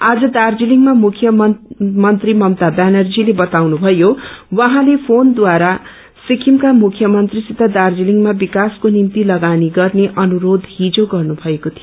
आज दार्जीलिङमा मुख्यमन्त्री ममता व्यानर्जीले बताउनुभयो कि उहेँले फोनद्वारा सिक्किमका मुख्यमन्त्रीसित दार्जीलिङमा विकासको निम्ति लगानी गर्ने अनुरोष हिज फ्रेन गर्नु भएको थियो